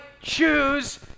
choose